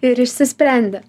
ir išsisprendė